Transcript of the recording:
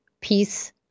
peace